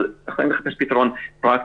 אבל צריכים לחפש פתרון פרקטי.